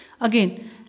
Again